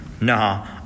Nah